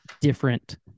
different